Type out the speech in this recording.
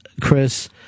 Chris